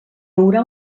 haurà